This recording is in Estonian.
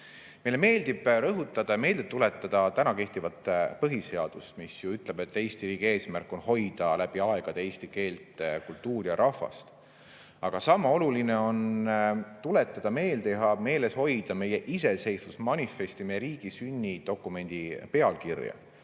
Meile meeldib rõhutada, meelde tuletada kehtivat põhiseadusest, mis ütleb, et Eesti riigi eesmärk on hoida läbi aegade eesti keelt, kultuuri ja rahvast. Sama oluline on tuletada meelde ja meeles hoida meie iseseisvusmanifesti, meie riigi sünnidokumendi pealkirja.